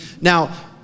Now